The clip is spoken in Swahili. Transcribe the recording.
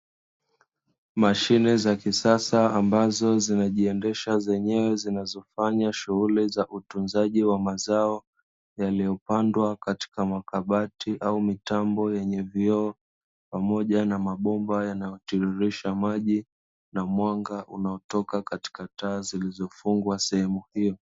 Mashine za kisasa ambazo zinajiendesha zenyewe, zinazofanya shughuli za utunzaji wa mazao yaliyopandwa katika makabati au mitambo yenye vioo, pamoja na mabomba yanayotiririsha maji na mwanga unaotoka katika taa zilizofungwa sehemu hiyo.